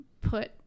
put